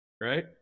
right